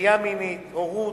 נטייה מינית, הורות,